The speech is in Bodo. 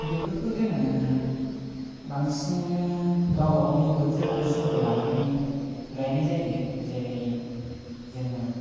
बेफोरखौ जोङो बांसिनैनो गावबागावनि बोथोर आरो समखौ लानानै गायनाय जायो जेरै जोङो